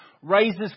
raises